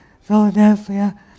Philadelphia